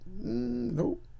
nope